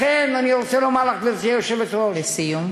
לכן אני רוצה לומר לך, גברתי היושבת-ראש, לסיום.